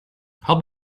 help